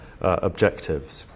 objectives